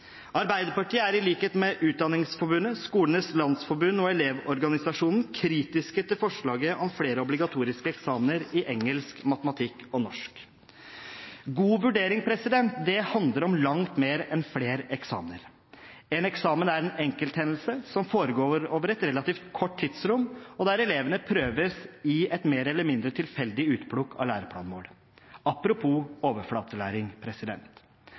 Arbeiderpartiet er i likhet med Utdanningsforbundet, Skolenes landsforbund og Elevorganisasjonen kritiske til forslaget om flere obligatoriske eksamener i engelsk, matematikk og norsk. God vurdering handler om langt mer enn flere eksamener. En eksamen er en enkelthendelse som foregår over et relativt kort tidsrom, og der elevene prøves i et mer eller mindre tilfeldig utplukk av læreplanmål – apropos overflatelæring.